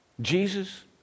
Jesus